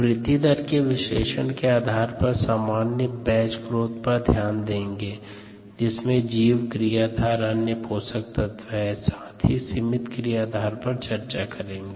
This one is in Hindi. वृद्धि दर के विश्लेषण के आधार पर सामान्य बैच ग्रोथ पर ध्यान देते है जिसमे जीव क्रियाधार और अन्य पोषक तत्व होते है और साथ ही सीमित क्रियाधार पर चर्चा करेंगे